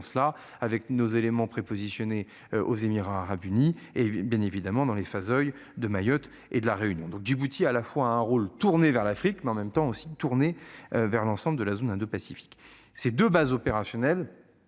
cela avec nos éléments prépositionnés aux Émirats arabes unis et bien évidemment dans les phases de Mayotte et de la réunion donc Djibouti à la fois un rôle tourné vers l'Afrique mais en même temps aussi tournée vers l'ensemble de la zone indopacifique c'est de base opérationnelle.